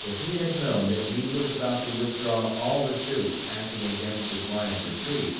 if he had known that meade was about to withdraw all the troops acting against his line of retreat